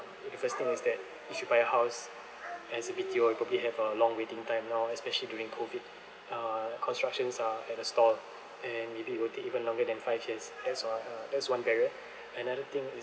the first thing is that if you buy a house as a B_T_O you probably have a long waiting time now especially during COVID uh constructions are at a stall and maybe it will take even longer than five years as long that's what I heard that's one barrier another thing is